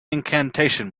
incantation